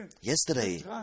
yesterday